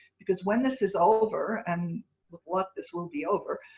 because when this is over and with luck, this will be over,